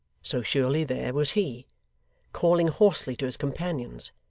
so surely there was he calling hoarsely to his companions,